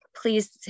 please